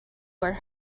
were